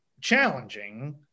challenging